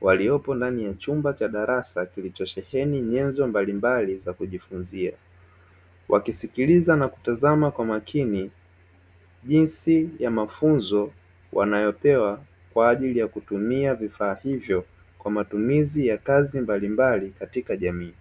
waliopo ndani ya chumba cha darasa kilichosheheni nyenzo mbalimbali za kujifunzia, wakisikiliza na kutazama kwa makini jinsi ya mafunzo wanayopewa kwa ajili ya kutumia vifaa hivyo kwa matumizi ya kazi mbalimbali katika jamii.